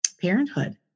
parenthood